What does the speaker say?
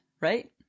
Right